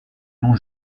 non